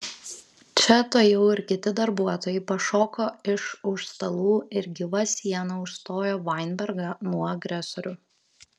čia tuojau ir kiti darbuotojai pašoko iš už stalų ir gyva siena užstojo vainbergą nuo agresorių